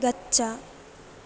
गच्छ